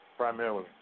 Primarily